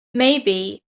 maybe